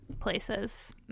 places